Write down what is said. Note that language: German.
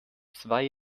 zwei